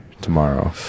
tomorrow